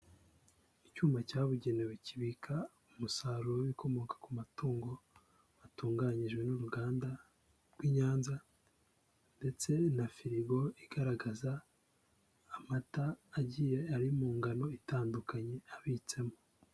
Icyuma cyabugenewe kibika umusaruro w'ibikomoka ku matungo, watunganyijwe n'uruganda rw'i Nyanza ndetse na firigo igaragaza amata agiye ari mu ngano itandukanye abitsemo.